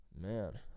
Man